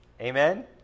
Amen